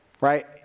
Right